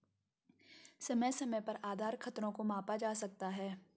समय समय पर आधार खतरों को मापा जा सकता है